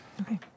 Okay